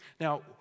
Now